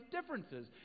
differences